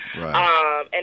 right